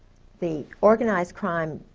the organized crime.